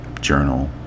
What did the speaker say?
journal